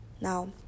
Now